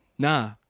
Nah